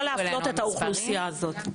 לא להפלות את האוכלוסייה הזאת.